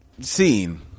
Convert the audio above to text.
scene